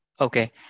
Okay